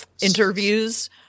interviews